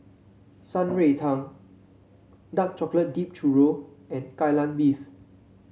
Shan Rui Tang Dark Chocolate Dip Churro and Kai Lan Beef